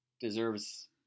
deserves